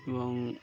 এবং